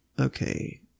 okay